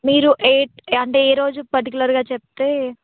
మీరు ఎయిట్ అంటే ఏ రోజు పర్టికులర్గా చెప్తే